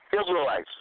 Israelites